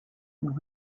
son